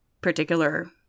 particular